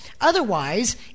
Otherwise